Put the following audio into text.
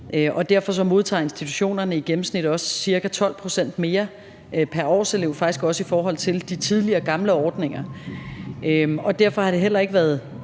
Derfor modtager institutionerne i gennemsnit også ca. 12 pct. mere pr. årselev, faktisk også i forhold til de tidligere, gamle ordninger, og derfor har det heller ikke været